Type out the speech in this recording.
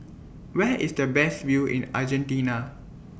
Where IS The Best View in Argentina